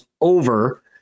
over